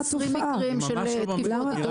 עשרים מקרים של תקיפות עיתונאים.